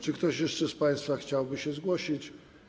Czy ktoś jeszcze z państwa chciałby się zgłosić?